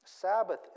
Sabbath